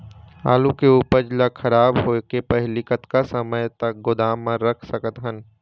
आलू के उपज ला खराब होय के पहली कतका समय तक गोदाम म रख सकत हन?